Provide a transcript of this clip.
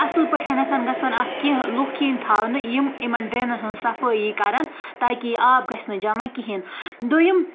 اَصٕل پٲٹھٮ۪نتھ گژھن اَتھ کینٛہہ لُکھ یِنۍ تھاونہٕ یِم یِمَن ڈرٛینَن ہٕنٛز صفٲیی کَرَن تاکہِ یہِ آب گژھِ نہٕ جمع کِہیٖنۍ دٔیِم